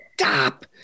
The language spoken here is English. stop